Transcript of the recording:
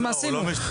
מה עשינו?